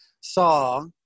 saw